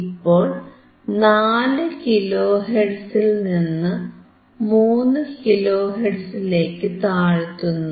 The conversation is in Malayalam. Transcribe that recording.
ഇപ്പോൾ 4 കിലോ ഹെർട്സിൽനിന്ന് 3 കിലോ ഹെർട്സിലേക്കു താഴ്ത്തുന്നു